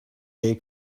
gay